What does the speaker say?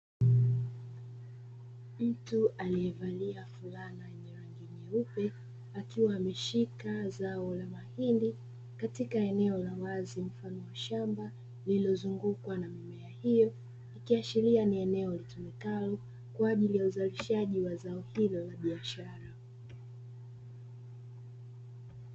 Mtu aliyevalia fulana yenye rangi nyeupe akiwa ameshika zao la mahindi katika eneo la wazi mfano wa shamba lililozungukwa na mimea hiyo, ikiashiria ni eneo litumikalo kwa ajili ya uzalishaji za zao hilo la biashara.